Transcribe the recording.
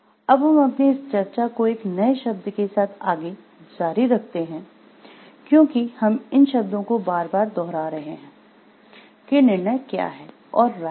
अब हम अपनी इस चर्चा को एक नए शब्द के साथ आगे जारी रखते है क्योंकि हम इन शब्दों को बार बार दोहरा रहे हैं कि निर्णय क्या है और राय क्या है